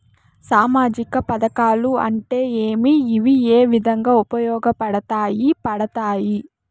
సామాజిక పథకాలు అంటే ఏమి? ఇవి ఏ విధంగా ఉపయోగపడతాయి పడతాయి?